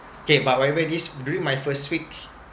okay but whatever it is during my first week